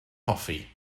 hoffi